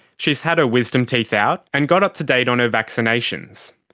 she's had her wisdom teeth out and got up to date on her vaccinations.